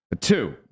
Two